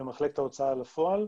ממחלקת ההוצאה לפועל.